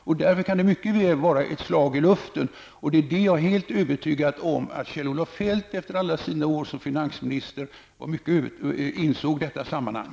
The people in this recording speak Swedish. Därför kan tvångssparandet mycket väl vara ett slag i luften. Jag är helt övertygad om att Kjell-Olof Feldt efter alla sina år som finansminister insåg detta sammanhang.